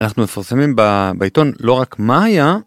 אנחנו מפרסמים בעיתון לא רק מה היה.